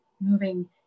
moving